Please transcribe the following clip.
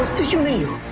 did you leave